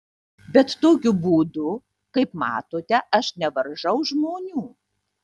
bet tokiu būdu kaip matote aš nevaržau žmonių